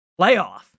playoff